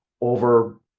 over